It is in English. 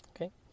okay